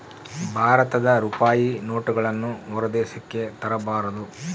ಭಾರತದ ರೂಪಾಯಿ ನೋಟುಗಳನ್ನು ಹೊರ ದೇಶಕ್ಕೆ ತರಬಾರದು